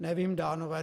Nevím Dánové.